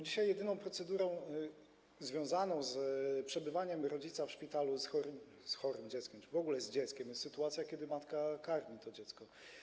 Dzisiaj jedyną procedurą związaną z przebywaniem rodzica w szpitalu z chorym dzieckiem, w ogóle z dzieckiem, jest sytuacja, kiedy matka karmi to dziecko.